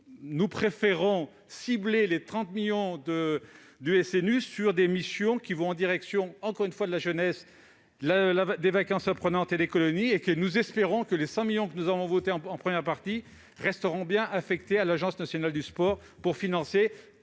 nous préférons cibler les 30 millions d'euros du SNU sur des missions en direction de la jeunesse, des vacances apprenantes et des colonies de vacances. Nous espérons que les 100 millions d'euros que nous avons votés en première partie resteront bien affectés à l'Agence nationale du sport pour financer